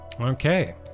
Okay